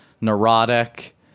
neurotic